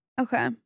Okay